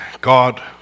God